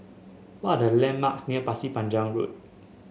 what are the landmarks near Pasir Panjang Road